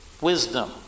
Wisdom